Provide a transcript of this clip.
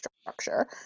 structure